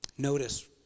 notice